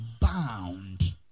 bound